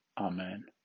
Amen